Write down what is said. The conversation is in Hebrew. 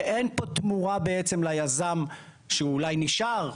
שאין פה תמורה בעצם ליזם שאולי נשאר,